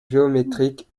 géométriques